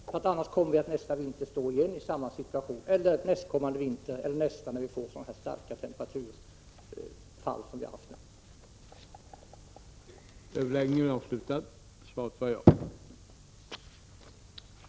Om vi inte gör det kommer vi att stå inför samma situation igen nästa vinter eller den vinter då vi ännu en gång får sådana stora temperaturfall som vi har haft nu.